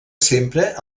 sempre